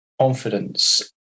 confidence